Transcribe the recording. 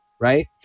right